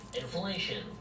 Inflation